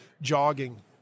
jogging